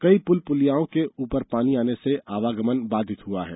कई पुल पुलियाओं के उपर पानी आने से आवागमन बाधित हुआ है